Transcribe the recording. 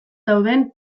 dauden